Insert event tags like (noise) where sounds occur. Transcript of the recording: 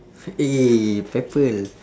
(noise) people